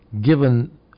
given